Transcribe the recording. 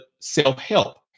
self-help